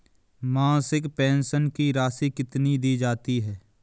मासिक पेंशन की राशि कितनी दी जाती है?